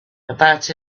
about